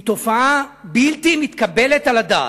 היא תופעה בלתי מתקבלת על הדעת.